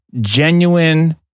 genuine